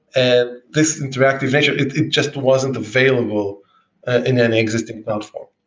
and this interactive nature, it it just wasn't available in any existing platform.